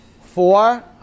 Four